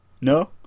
No